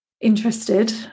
interested